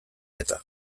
eta